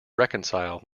reconcile